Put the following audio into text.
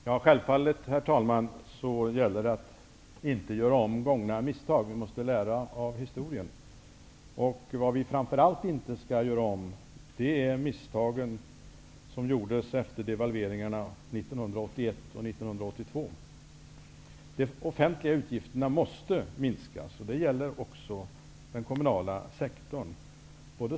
Herr talman! Det gäller självfallet att inte göra om misstagen. Vi måste lära av historien. Vi skall framför allt inte göra om de misstag som gjordes efter devalveringarna 1981 och 1982. De offentliga utgifterna måste minskas. Det gäller också den kommunala sektorn.